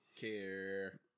care